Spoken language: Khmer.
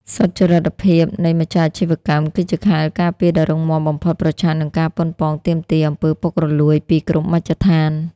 សុច្ចរិតភាពនៃម្ចាស់អាជីវកម្ម គឺជាខែលការពារដ៏រឹងមាំបំផុតប្រឆាំងនឹងការប៉ុនប៉ងទាមទារ អំពើពុករលួយ ពីគ្រប់មជ្ឈដ្ឋាន។